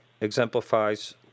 exemplifies